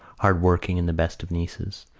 hard-working and the best of nieces,